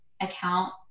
account